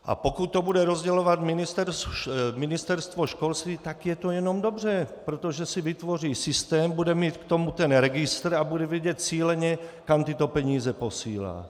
A pokud to bude rozdělovat Ministerstvo školství, tak je to jenom dobře, protože si vytvoří systém, bude mít k tomu ten registr a bude vědět cíleně, kam tyto peníze posílá.